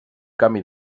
canvi